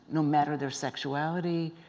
no matter their sexuality,